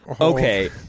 okay